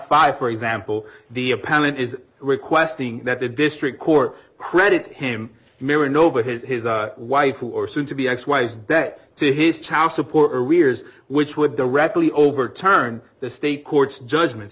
five for example the appellant is requesting that the district court credit him mirah no but his his wife who are soon to be ex wife debt to his child support arrears which would directly overturn the state courts judgments